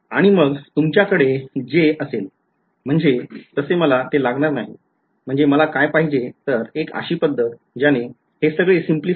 आणि मग तुमच्याकडे j असेल म्हणजे तसे मला ते लागणार नाही म्हणजे मला काय पाहिजे तर एक अशी पद्धत ज्याने हे सगळे सिम्पलीफाय करता येईल